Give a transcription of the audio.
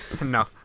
No